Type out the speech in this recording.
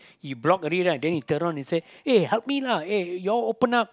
he block already right the he turn round and say eh help me lah eh your open up